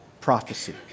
prophecy